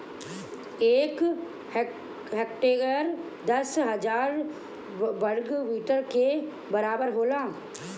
एक हेक्टेयर दस हजार वर्ग मीटर के बराबर होला